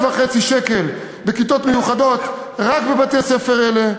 ש"ח בכיתות מיוחדות רק בבתי-הספר האלה,